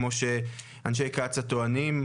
כמו שאנשי קצא"א טוענים.